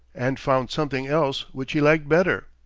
and found something else which he liked better.